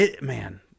Man